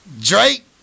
Drake